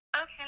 Okay